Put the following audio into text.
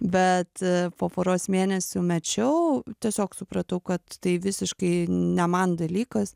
bet po poros mėnesių mečiau tiesiog supratau kad tai visiškai ne man dalykas